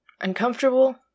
uncomfortable